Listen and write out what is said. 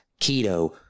keto